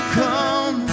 come